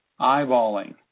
eyeballing